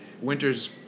Winters